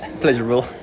pleasurable